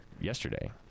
yesterday